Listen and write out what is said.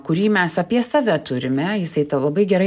kurį mes apie save turime jisai tą labai gerai